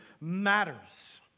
matters